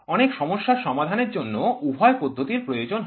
অনেক সমস্যার সমাধানের জন্য উভয় পদ্ধতির প্রয়োজন হয়